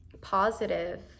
positive